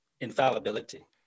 infallibility